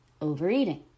overeating